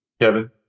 Kevin